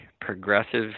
progressive